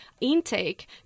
intake